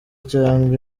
cyangwa